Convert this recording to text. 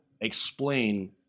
explain